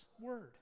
word